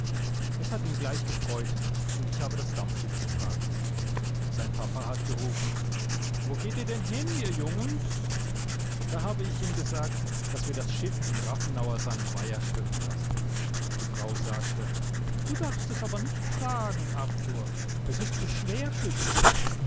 es hat ihn gleich gefreut und ich habe das dampfschiff getragen sein papa hat gerufen wo geht ihr denn hin ihr jungens da habe ich ihm gesagt daß wir das schiff im rafenauer seinem weiher schwimmen lassen die frau sagte du darfst es aber nicht tragen arthur es ist zu schwer für dich